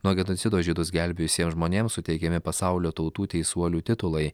nuo genocido žydus gelbėjusiem žmonėm suteikiami pasaulio tautų teisuolių titulai